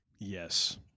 Yes